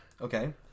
Okay